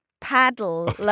paddle